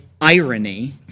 irony